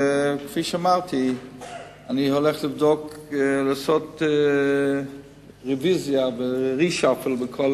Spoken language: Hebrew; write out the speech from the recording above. וכפי שאמרתי אני הולך לעשות רוויזיה ו-reshuffle בכל